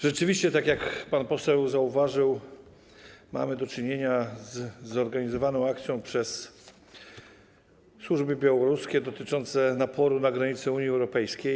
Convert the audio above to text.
Rzeczywiście, tak jak pan poseł zauważył, mamy do czynienia ze zorganizowaną przez służby białoruskie akcją dotyczącą naporu na granicę Unii Europejskiej.